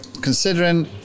considering